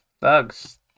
bugs